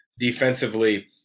defensively